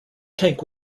tank